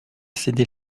cédé